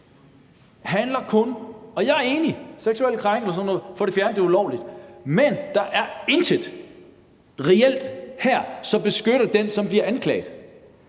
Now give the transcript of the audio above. at man skal få fjernet seksuelle krænkelser og sådan noget, som er ulovligt, men der er intet reelt her, som beskytter den, som bliver anklaget.